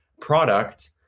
product